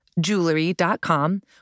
jewelry.com